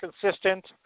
consistent